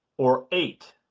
or eight.